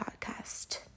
podcast